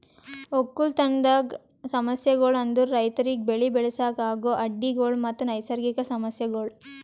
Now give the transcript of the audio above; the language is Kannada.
ಒಕ್ಕಲತನದ್ ಸಮಸ್ಯಗೊಳ್ ಅಂದುರ್ ರೈತುರಿಗ್ ಬೆಳಿ ಬೆಳಸಾಗ್ ಆಗೋ ಅಡ್ಡಿ ಗೊಳ್ ಮತ್ತ ನೈಸರ್ಗಿಕ ಸಮಸ್ಯಗೊಳ್